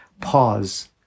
Pause